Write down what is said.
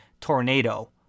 tornado